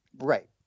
Right